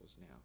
now